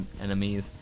enemies